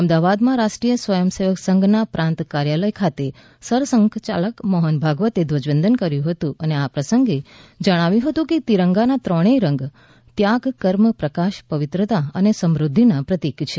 અમદાવાદમાં રાષ્ટ્રીય સ્વયંસેવક સંઘ ના પ્રાંત કાર્યાલય ખાતે સરસંઘચાલક મોહન ભાગવતે ધ્વજ વંદન કર્યું હતું અને આ પ્રસંગે જણાવ્યુ હતું કે ત્રિરંગા ના ત્રણેય રંગ ત્યાગ કર્મ પ્રકાશ પવિત્રતા અને સમૃધ્યિના પ્રતિક છે